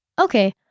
Okay